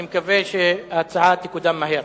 אני מקווה שההצעה תקודם מהר.